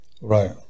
Right